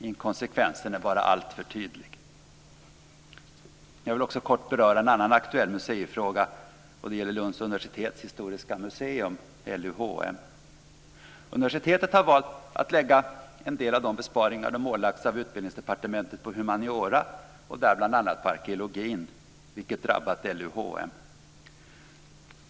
Inkonsekvensen är bara alltför tydlig. Jag vill också kort beröra en annan aktuell museifråga. Det gäller Lunds universitets historiska museum, LUHM. Universitetet har valt att lägga en del av de besparingar de ålagts av Utbildningsdepartementet på humaniora, bl.a. på arkeologin, vilket har drabbat LUHM.